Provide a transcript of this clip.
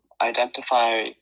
identify